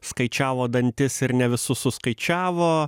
skaičiavo dantis ir ne visus suskaičiavo